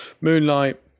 moonlight